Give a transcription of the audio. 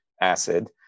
acid